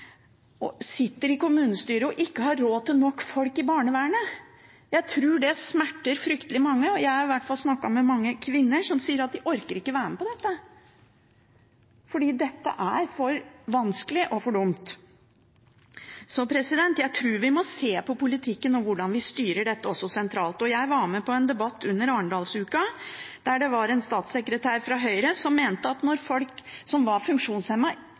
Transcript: og sitter i kommunestyret og ikke har råd til nok folk i barnevernet. Jeg tror det smerter fryktelig mange, og jeg har i hvert fall snakket med mange kvinner som sier at de ikke orker å være med på dette fordi det er for vanskelig og for dumt. Så jeg tror vi må se på politikken og hvordan vi styrer dette også sentralt. Jeg var med på en debatt under Arendalsuka der en statssekretær fra Høyre mente at